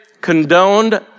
condoned